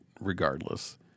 regardless